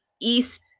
East